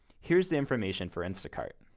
here's the information for instacart.